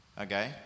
Okay